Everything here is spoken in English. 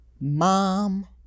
mom